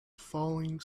falling